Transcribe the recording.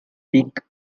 thick